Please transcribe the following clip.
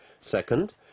Second